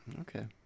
Okay